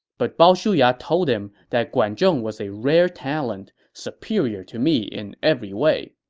but bao shuya told him that guan zhong was a rare talent, superior to me in every way.